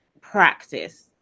practice